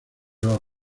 los